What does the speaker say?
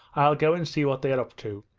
i'll go and see what they are up to